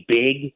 big